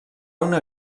una